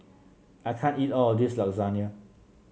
I can't eat all of this Lasagne